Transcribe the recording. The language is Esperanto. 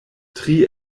tri